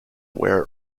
where